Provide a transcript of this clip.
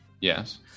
Yes